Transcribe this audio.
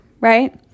right